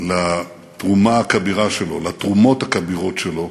לתרומה הכבירה שלו, לתרומות הכבירות שלו,